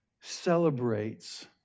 celebrates